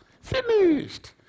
finished